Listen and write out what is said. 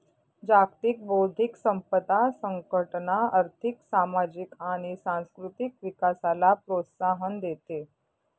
जागतिक बौद्धिक संपदा संघटना आर्थिक, सामाजिक आणि सांस्कृतिक विकासाला प्रोत्साहन देते